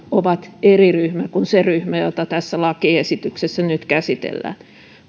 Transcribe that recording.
ovat eri ryhmä kuin se ryhmä jota tässä lakiesityksessä nyt käsitellään